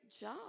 job